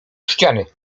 ściany